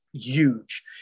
huge